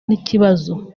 n’ikibazo